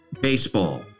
Baseball